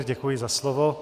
Děkuji za slovo.